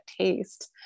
taste